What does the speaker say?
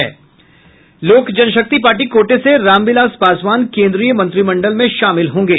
लोक जनशक्ति पार्टी कोटे से रामविलास पासवान केन्द्रीय मंत्रिमंडल में शामिल होंगे